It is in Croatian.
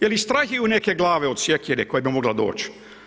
Je li strahuju neke glave od sjekire koja bi mogla doći?